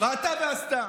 בהתה ועשתה.